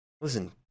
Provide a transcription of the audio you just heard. listen